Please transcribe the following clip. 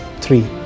three